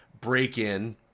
break-in